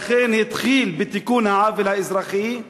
ולכן התחיל בתיקון העוול האזרחי.